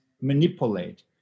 manipulate